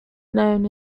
known